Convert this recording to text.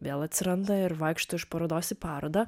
vėl atsiranda ir vaikšto iš parodos į parodą